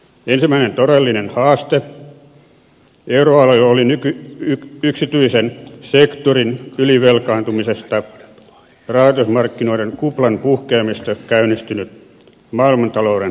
ensimmäinen todellinen haaste euroalueelle oli yksityisen sektorin ylivelkaantumisesta ja rahoitusmarkkinoiden kuplan puhkeamisesta käynnistynyt maailmantalouden taantuma